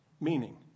meaning